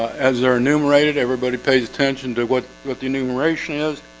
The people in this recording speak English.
as they're enumerated everybody pays attention to what with the enumeration is,